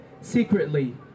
secretly